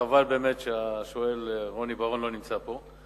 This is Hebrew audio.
חבל באמת שהשואל רוני בר-און לא נמצא פה.